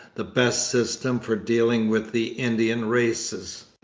the best system for dealing with the indian races.